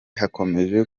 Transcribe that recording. hakomeje